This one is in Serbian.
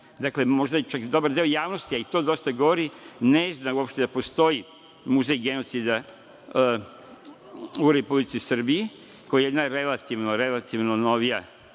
Dakle, možda čak dobar deo javnosti, i to dosta govori, ne zna uopšte da postoji Muzej genocida u Republici Srbiji, koji je jedna relativno novija